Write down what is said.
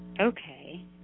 Okay